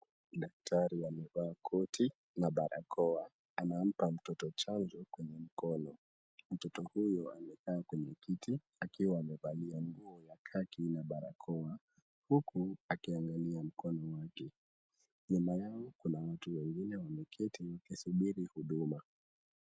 Daktari amevaa koti na barakoa. Anampa mtoto chanjo kwenye mkono. Mtoto huyo amekaa kwenye kiti, akiwa amevalia nguo ya kaki na barakoa, huku akiangalia mkono wake. Nyuma yao kuna watu wengine wameketi, wakisubiri huduma.